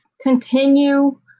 continue